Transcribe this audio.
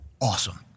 Awesome